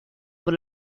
por